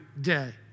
day